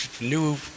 new